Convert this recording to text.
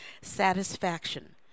Satisfaction